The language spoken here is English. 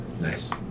nice